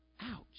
Ouch